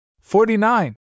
Forty-nine